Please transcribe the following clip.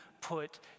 put